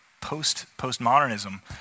post-postmodernism